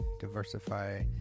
diversify